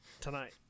tonight